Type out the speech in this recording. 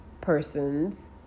persons